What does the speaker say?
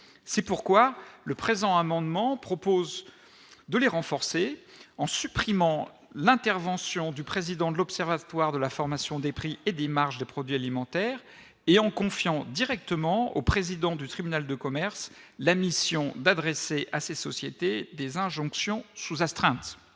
c'est pourquoi le présent amendement propose de les renforcer en supprimant l'intervention du président de l'Observatoire de la formation des prix et des marges de produits alimentaires et en confiant directement au président du tribunal de commerce, la mission d'adresser à ses sociétés des injonctions sous astreinte